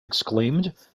exclaimed